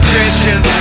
Christians